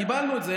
קיבלנו את זה,